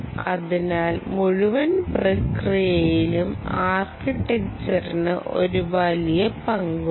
അതിനാൽ മുഴുവൻ പ്രക്രിയയിലും ആർക്കിടെക്ച്ചറിന് ഒരു വലിയ പങ്കുണ്ട്